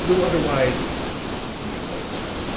will otherwise keep me awake to-night.